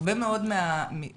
הרבה מאוד מהדיסאינפורמציה,